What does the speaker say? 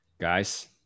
guys